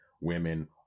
women